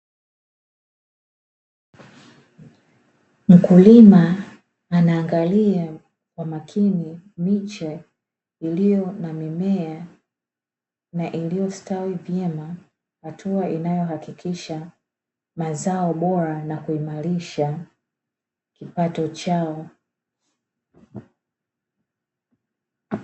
Mkulima anaangalia kwa makini miche iliyo na mimea na iliyostawi vyema, hatua inayohakikisha mazao bora na kuimarisha kipato chao.